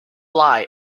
lie